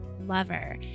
lover